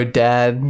dad